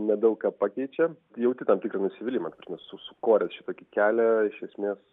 nedaug ką pakeičia jauti tam tikrą nusivylimą kad su sukoręs šitokį kelią iš esmės